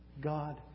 God